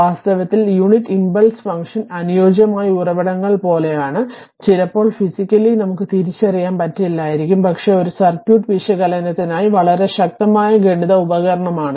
വാസ്തവത്തിൽ unit impulse function അനുയോജ്യമായ ഉറവിടങ്ങൾ പോലെയാണ് ചിലപ്പോൾ ഫിസിക്കലി നമുക്ക് തിരിച്ചറിയാൻ പറ്റില്ലായിരിക്കും പക്ഷേ ഇത് സർക്യൂട്ട് വിശകലനത്തിനായി വളരെ ശക്തമായ ഗണിത ഉപകരണമാണ്